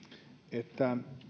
että